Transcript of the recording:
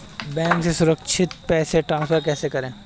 Bank से सुरक्षित पैसे ट्रांसफर कैसे करें?